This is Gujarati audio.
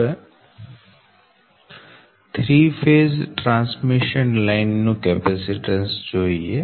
હવે 3 ફેઝ ટ્રાન્સમીશન લાઈન નું કેપેસીટન્સ જોઈએ